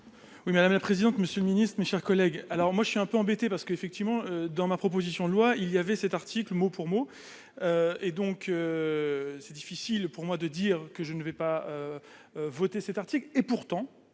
Oui, madame la présidente, monsieur le Ministre, mes chers collègues, alors moi je suis un peu embêté parce qu'effectivement, dans ma proposition de loi, il y avait cet article, mot pour mot, et donc c'est difficile pour moi de dire que je ne vais pas voter cet article et pourtant,